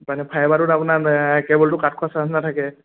মানে ফাইবাৰটোত আপোনাৰ কেবুলটো কাট খোৱা চানঞ্চ নাথাকে